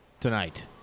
tonight